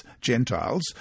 Gentiles